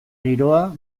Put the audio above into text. giroa